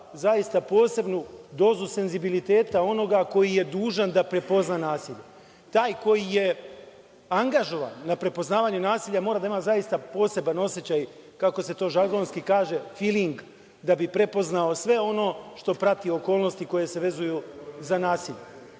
zaista posebnu dozu senzibiliteta onoga koji je dužan da prepozna nasilje. Taj koji je angažovan na prepoznavanje nasilja mora da ima zaista poseban osećaj, kako se to žargonski kaže „filing“, da bi prepoznao sve ono što prati okolnosti koje se vezuju za nasilje. Prema